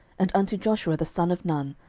and unto joshua the son of nun,